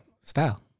style